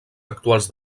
actuals